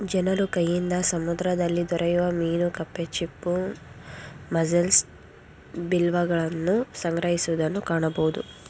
ಜನರು ಕೈಯಿಂದ ಸಮುದ್ರದಲ್ಲಿ ದೊರೆಯುವ ಮೀನು ಕಪ್ಪೆ ಚಿಪ್ಪು, ಮಸ್ಸೆಲ್ಸ್, ಬಿವಾಲ್ವಗಳನ್ನು ಸಂಗ್ರಹಿಸುವುದನ್ನು ಕಾಣಬೋದು